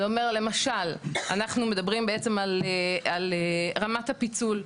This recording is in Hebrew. זה אומר למשל אנחנו מדברים בעצם על רמת הפיצול,